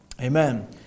Amen